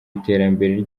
iterambere